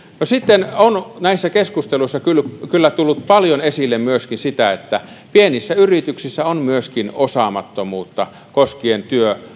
no sitten on näissä keskusteluissa kyllä kyllä tullut paljon esille myöskin sitä että pienissä yrityksissä on osaamattomuutta koskien